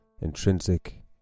intrinsic